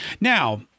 Now